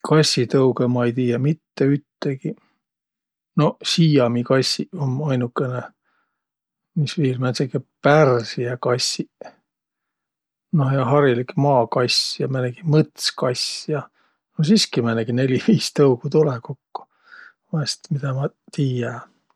Kassitõugõ ma ei tiiäq mitte üttegiq. Noq, siiami kassiq um ainukõnõ. Mis viil? Määntsegiq pärsiä kassiq. Noh ja harilik maakass ja määnegi mõtskass ja. No siski määnegi neli-viis tõugu tulõ kokko vaest, midä ma tiiä.